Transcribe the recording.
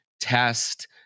test